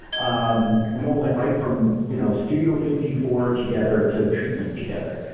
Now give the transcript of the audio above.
um we all went right from you know studio fifty four together to treatment together.